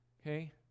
okay